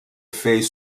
fait